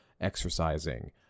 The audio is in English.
exercising